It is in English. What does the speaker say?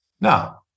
Now